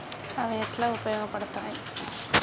అవి ఎట్లా ఉపయోగ పడతాయి?